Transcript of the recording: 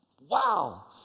wow